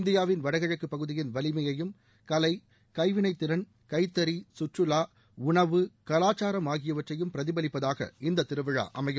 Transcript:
இந்தியாவின் வடகிழக்குப் பகுதியின் வலிமையையும் கலை கைவினைத்திறன் கைத்தறி கற்றுலா உணவு கலாச்சாரம் ஆகியவற்றையும் பிரதிபலிப்பதாக இந்த திருவிழா அமையும்